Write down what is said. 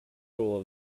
rule